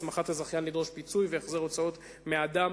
הסמכת הזכיין לדרוש פיצוי והחזר הוצאות מאדם